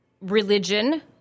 religion